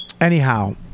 anyhow